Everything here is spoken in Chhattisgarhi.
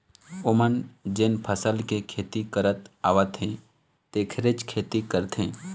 ओमन जेन फसल के खेती करत आवत हे तेखरेच खेती करथे